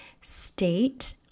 state